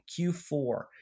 Q4